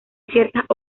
ciertas